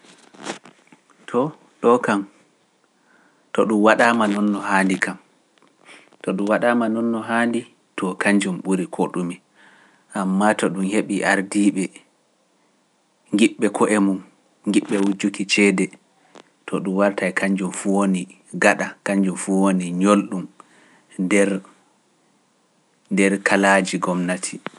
To ɗo kam, to ɗum waɗaama noon no haandi kam, to ɗum waɗaama noon no haandi, to kanjum ɓuri koɗumi, ammaa to ɗum heɓi ardiiɓe, ngiɓɓe ko'e mum, ngiɓɓe wujjuki ceede, to ɗum wartay kanjum fu woni gaɗa, kanjum fu woni ñolɗum nder kalaaji gom naati.